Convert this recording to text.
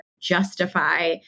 justify